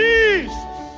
Jesus